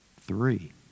Three